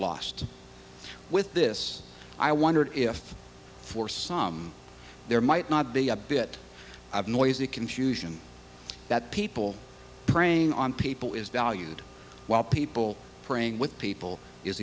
lost with this i wondered if for some there might not be a bit of noisy confusion that people preying on people is valued while people praying with people is